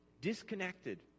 disconnected